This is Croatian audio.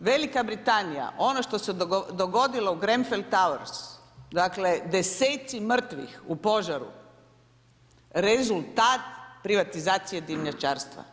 Velika Britanija, ono što se dogodilo u Grenfell Tower dakle, deseci mrtvih u požaru, rezultat, privatizacije dimnjačarstva.